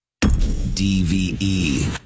dve